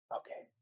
okay